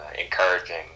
encouraging